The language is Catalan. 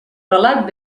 relat